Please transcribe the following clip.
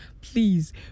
Please